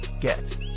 get